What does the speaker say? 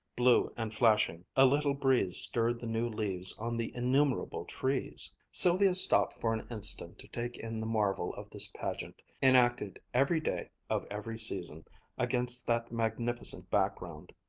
blue and flashing. a little breeze stirred the new leaves on the innumerable trees. sylvia stopped for an instant to take in the marvel of this pageant, enacted every day of every season against that magnificent background.